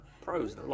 pros